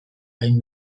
egin